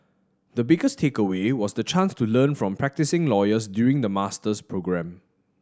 the biggest takeaway was the chance to learn from practising lawyers during the master's programme